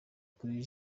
kuri